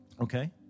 Okay